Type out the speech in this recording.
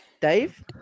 dave